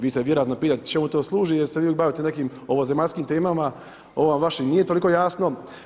Vi se vjerojatno pitate čemu to služi jer se vi bavite nekim ovozemaljskim temama, ovo vam baš i nije toliko jasno.